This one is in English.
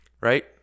right